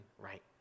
right